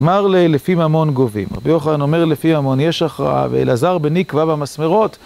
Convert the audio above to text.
אמר לפי ממון גובים, רבי יוחנן אומר לפי ממון, יש הכרעה, ואלעזר בני קבע במסמרות.